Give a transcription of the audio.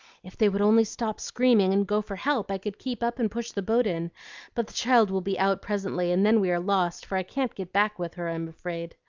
if they would only stop screaming and go for help, i could keep up and push the boat in but the child will be out presently and then we are lost, for i can't get back with her, i'm afraid.